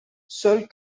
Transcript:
seuls